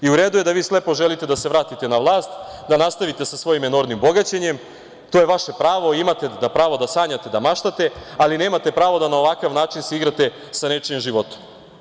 U redu je da vi slepo želite da se vratite na vlast, da nastavite sa svojim enormnim bogaćenjem, to je vaše pravo, imate pravo da sanjate, da maštate, ali nemate pravo da na ovakav način se igrate sa nečijim životom.